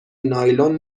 نایلون